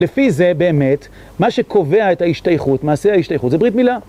לפי זה, באמת, מה שקובע את ההשתייכות, מעשה ההשתייכות, זה ברית מילה.